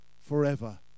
forever